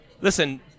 listen